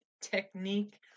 technique